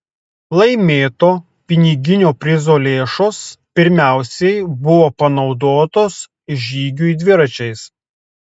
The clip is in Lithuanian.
laimėto piniginio prizo lėšos pirmiausiai buvo panaudotos žygiui dviračiais